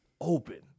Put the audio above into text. open